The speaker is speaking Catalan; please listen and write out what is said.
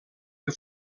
que